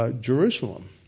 Jerusalem